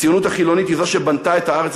הציונות החילונית היא זאת שבנתה את הארץ